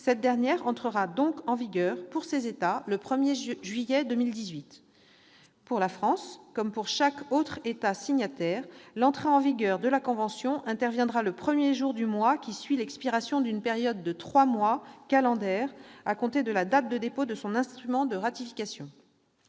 multilatérale entrera donc en vigueur le 1 juillet 2018. Pour la France, comme pour chaque autre État signataire, elle entrera en vigueur le premier jour du mois qui suit l'expiration d'une période de trois mois calendaires à compter de la date de dépôt de son instrument de ratification.